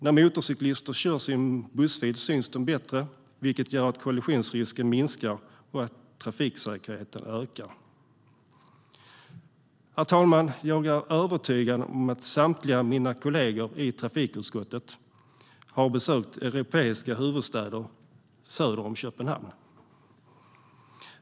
När motorcyklister kör i bussfil syns de bättre, vilket gör att kollisionsrisken minskar och trafiksäkerheten ökar. Herr talman! Jag är övertygad om att samtliga av mina kollegor i trafikutskottet har besökt europeiska huvudstäder söder om Köpenhamn.